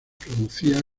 producía